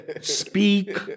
speak